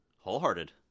wholehearted